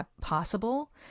possible